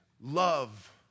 love